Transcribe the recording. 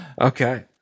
Okay